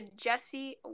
Jesse